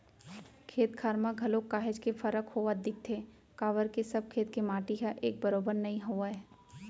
खेत खार म घलोक काहेच के फरक होवत दिखथे काबर के सब खेत के माटी ह एक बरोबर नइ होवय